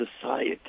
society